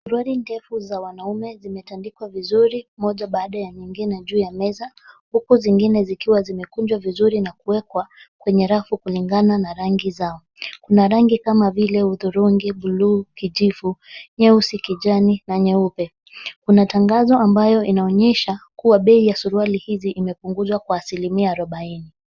Suruali ndefu za wanaume zimetandikwa vizuri mmoja baada ya nyengine juu ya meza huku zengine zikiwa zimekunjwa vizuri na kuwekwa kwenye rafu kulingana na rangi zao. Kuna rangi kama vile hudhurungi, buluu, kijivu, nyeusi, kijani na nyeupe. Kuna tangazo ambayo inaonyesha kuwa bei ya suruali hizi imepunguzwa kwa asilimia arubaini.